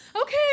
Okay